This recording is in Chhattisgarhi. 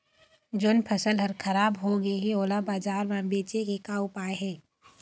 जोन फसल हर खराब हो गे हे, ओला बाजार म बेचे के का ऊपाय हे?